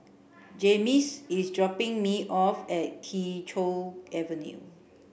Jaymes is dropping me off at Kee Choe Avenue